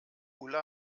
ulla